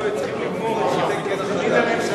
כבר היו צריכים לגמור את התקן החדש,